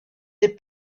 des